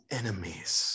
enemies